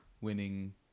winning